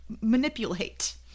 manipulate